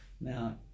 Now